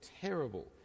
terrible